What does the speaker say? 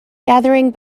gathering